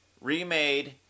remade